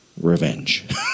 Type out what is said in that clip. revenge